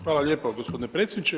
Hvala lijepa gospodine predsjedniče.